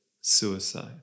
suicide